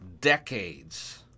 decades